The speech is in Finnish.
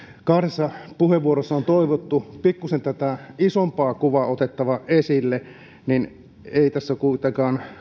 kahdessa puheenvuorossa on toivottu pikkusen tätä isompaa kuvaa otettavan esille niin ei tässä kuitenkaan